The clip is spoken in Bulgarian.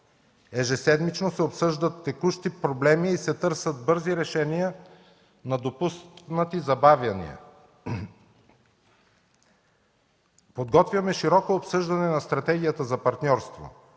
Ежеседмично се обсъждат текущи проблеми и се търсят бързи решения на допуснати забавяния. Подготвяме широко обсъждане на Стратегията за партньорство,